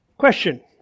Question